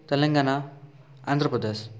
Telangana Andhra Pradesh